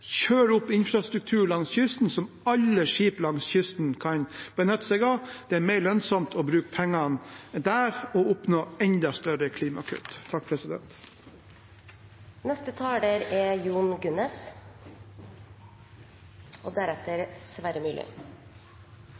opp infrastruktur langs kysten som alle skip langs kysten kan benytte seg av. Det er mer lønnsomt å bruke pengene der og oppnå enda større klimakutt.